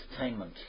entertainment